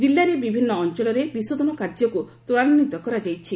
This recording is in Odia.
ଜିଲ୍ଲାରେ ବିଭିନ୍ନ ଅଞ୍ଞଳରେ ବିଶୋଧନ କାର୍ଯ୍ୟକୁ ତ୍ୱରାନ୍ୱିତ କରାଯାଇଛି